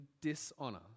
dishonor